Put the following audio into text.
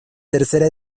tercera